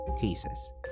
cases